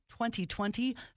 2020